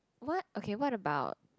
what okay what about